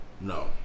No